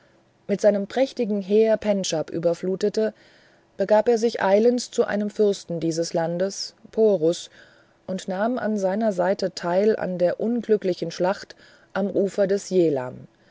mit seinem mächtigen heere pendschab überflutete begab er sich eilends zu einem fürsten dieses landes porus und nahm an seiner seite teil an der unglücklichen schlacht am ufer des